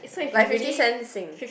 like fifty cent Sing